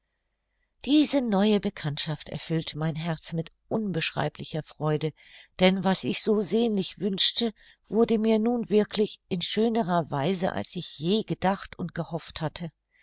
diese neue bekanntschaft erfüllte mein herz mit unbeschreiblicher freude denn was ich so sehnlich wünschte wurde mir nun wirklich in schönerer weise als ich je gedacht und gehofft hatte